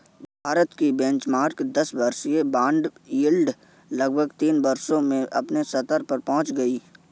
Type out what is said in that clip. भारत की बेंचमार्क दस वर्षीय बॉन्ड यील्ड लगभग तीन वर्षों में अपने उच्चतम स्तर पर पहुंच गई